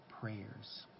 prayers